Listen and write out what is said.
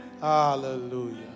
Hallelujah